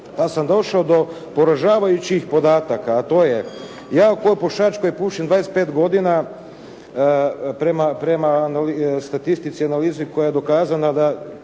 pa sam došao do poražavajućih podataka a to je… Ja kao pušač koji pušim 25 godina prema statistici i analizi koja je dokazana da